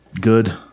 Good